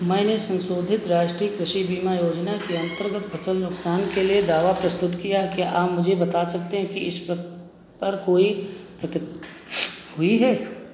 मैंने सन्शोधित राष्ट्रीय कृषि बीमा योजना के अन्तर्गत फ़सल नुक़सान के लिए दावा प्रस्तुत किया है क्या आप मुझे बता सकते हैं कि इस पर कोई प्रगति हुई है